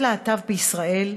להיות להט"ב בישראל,